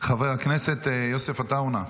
חבר הכנסת יוסף עטאונה,